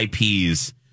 IPs